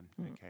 Okay